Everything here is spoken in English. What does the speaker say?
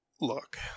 Look